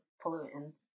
pollutants